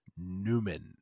Newman